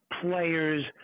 players